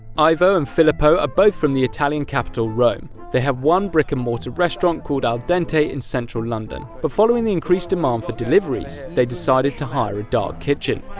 ivo and filippo are both from the italian capital, rome. they have one brick-and-mortar restaurant called al dente in central london, but following the increased demand for deliveries they decided to hire a dark kitchen.